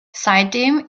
seitdem